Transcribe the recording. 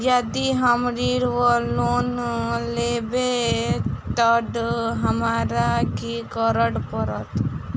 यदि हम ऋण वा लोन लेबै तऽ हमरा की करऽ पड़त?